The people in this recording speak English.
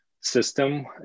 system